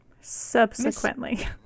Subsequently